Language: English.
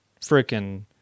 freaking